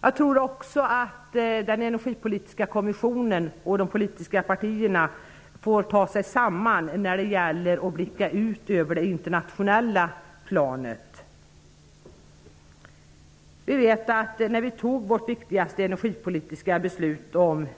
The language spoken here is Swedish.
Jag tror också att den energipolitiska kommissionen och de politiska partierna får ta sig samman när det gäller att blicka ut över det internationella planet. När vi tog vårt viktigaste energipolitiska beslut, om att